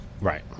Right